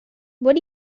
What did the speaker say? what